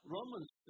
Romans